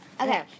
Okay